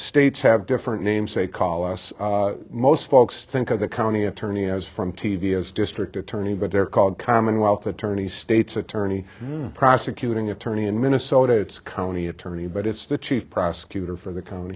states have different names they call us most folks think of the county attorney as from t v as district attorney but they're called commonwealth attorney state's attorney prosecuting attorney in minnesota it's county attorney but it's the chief prosecutor for the co